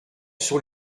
sur